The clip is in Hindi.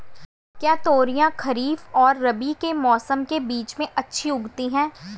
क्या तोरियां खरीफ और रबी के मौसम के बीच में अच्छी उगती हैं?